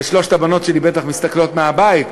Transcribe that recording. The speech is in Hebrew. ושלוש הבנות שלי בטח מסתכלות מהבית,